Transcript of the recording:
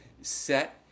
set